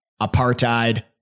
apartheid